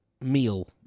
meal